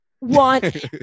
want